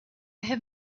have